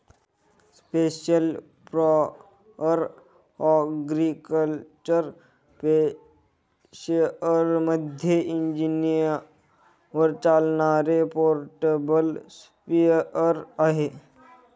special sprayer agriculture स्पेअरमध्ये इंजिनावर चालणारे पोर्टेबल स्प्रेअर आहे